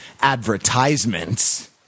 Advertisements